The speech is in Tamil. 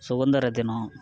சுதந்தர தினம்